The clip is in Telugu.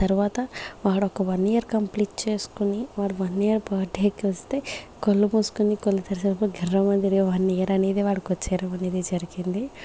తర్వాత వాడు ఒక వన్ ఇయర్ కంప్లీట్ చేసుకొని వాడి వన్ ఇయర్ బర్త్డేకొస్తే కళ్ళు మూసుకొని కళ్ళు తెరిచేలోపు గిర్ర మని తిరిగి వన్ ఇయర్ అనేది వాడికి వచ్చేయడం అనేది జరిగింది